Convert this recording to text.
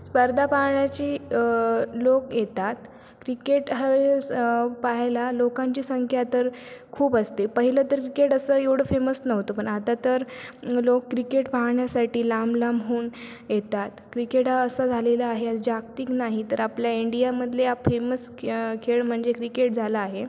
स्पर्धा पाहण्याची लोक येतात क्रिकेट हवेस पाहायला लोकांची संख्या तर खूप असते पहिलं तर क्रिकेट असं एवढं फेमस नव्हतं पण आता तर लोक क्रिकेट पाहण्यासाठी लांबलांबहून येतात क्रिकेट हा असा झालेला आहे जागतिक नाही तर आपल्या इंडियामधल्या फेमस के खेळ म्हणजे क्रिकेट झाला आहे